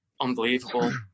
unbelievable